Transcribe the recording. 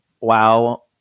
WoW